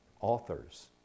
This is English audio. authors